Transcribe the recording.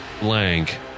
blank